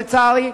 לצערי,